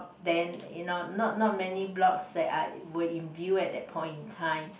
then you know not not many blocks that are were in view at that point in time